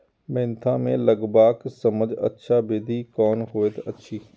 Mentha के लगवाक सबसँ अच्छा विधि कोन होयत अछि?